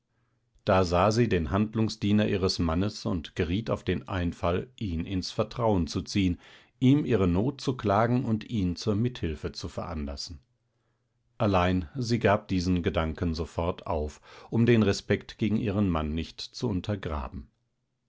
da sah sie den handlungsdiener ihres mannes und geriet auf den einfall ihn ins vertrauen zu ziehen ihm ihre not zu klagen und ihn zur mithilfe zu veranlassen allein sie gab diesen gedanken sofort auf um den respekt gegen ihren mann nicht zu untergraben